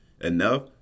enough